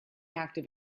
active